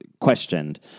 questioned